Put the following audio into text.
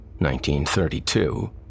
1932